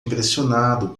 impressionado